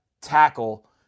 tackle